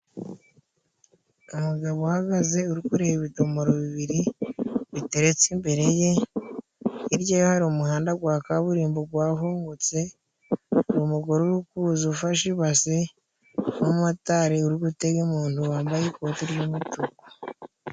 Umugabo uhagaze uri kureba ibidomoro bibiri biteretse imbere ye, hirya yaho hari umuhanda gwa kaburimbo gwahungutse, umugore uri kuzu ufashe ibase, n'umumotari uri gutega umuntu wambaye ikoti ry'umutuku.